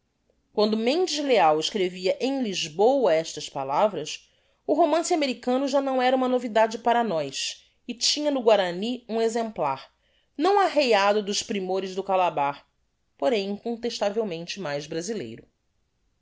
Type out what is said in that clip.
quando mendes leal escrevia em lisboa estas palavras o romance americano já não era uma novidade para nós e tinha no guarany um exemplar não arreiado dos primores do calabar porem incontestavelmente mais brasileiro